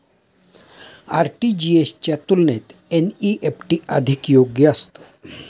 RTGS च्या तुलनेत NEFT अधिक योग्य असतं